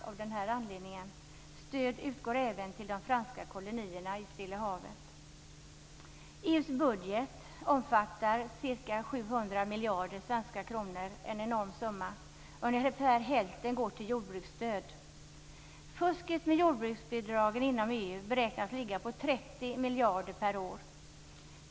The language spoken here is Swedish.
Stöd utgår även till de franska kolonierna i Stilla havet. EU:s budget omfattar ca 700 miljarder svenska kronor - en enorm summa. Ungefär hälften går till jordbruksstöd. Fusket med jordbruksbidragen inom EU beräknas ligga på 30 miljarder per år.